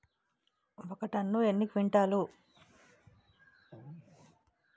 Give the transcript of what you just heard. ఒక టన్ను ఎన్ని క్వింటాల్లు?